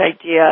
idea